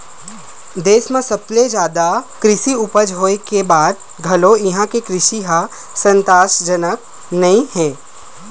देस म सबले जादा कृषि उपज होए के बाद घलो इहां के कृषि ह संतासजनक नइ हे